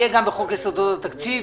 יהיה גם בחוק יסודות התקציב.